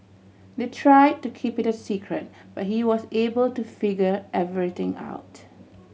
they try to keep it a secret but he was able to figure everything out